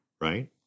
Right